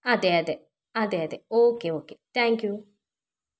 അതെ അതെ അതെ അതെ ഓക്കേ ഓക്കേ താങ്ക് യൂ